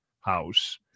House